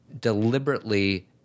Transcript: deliberately